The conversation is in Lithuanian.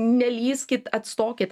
nelįskit atstokit